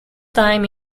time